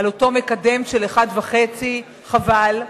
על אותו מקדם של 1.5. חבל,